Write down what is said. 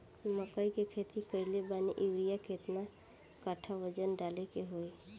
मकई के खेती कैले बनी यूरिया केतना कट्ठावजन डाले के होई?